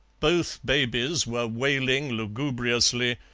both babies were wailing lugubriously,